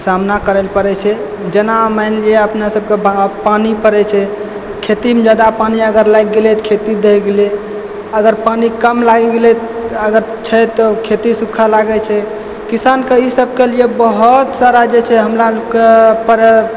सामना करै पड़ै छै जेना मानि लियऽ अपना सभ के बा पानी पड़ै छै खेती मे जादा पानी अगर लागि गेलै तऽ खेती दहि गेलै अगर पानी कम लागि गेलै अगर छै तऽ खेती सुखऽ लागै छै किसान के ई सभ के लियऽ बहुत सारा जे छै हमरा लोक कऽ पर